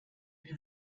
sie